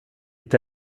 est